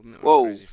Whoa